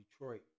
Detroit